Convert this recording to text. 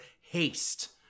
haste